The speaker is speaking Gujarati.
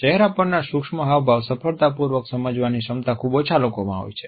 ચહેરા પરના સૂક્ષ્મ હાવભાવ સફળતાપૂર્વક સમજવાની ક્ષમતા ખૂબ ઓછા લોકોમાં છે